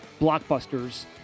blockbusters